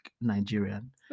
Nigerian